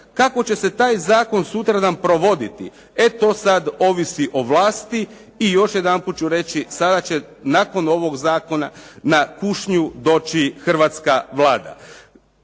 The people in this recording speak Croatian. kako će se taj zakon sutradan provoditi. E to sad ovisi o vlasti i još jedanput ću reći sada će nakon ovog zakona na kušnju doći hrvatska Vlada.